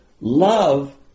love